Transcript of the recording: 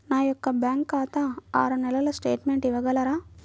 నా యొక్క బ్యాంకు ఖాతా ఆరు నెలల స్టేట్మెంట్ ఇవ్వగలరా?